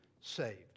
saved